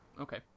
Okay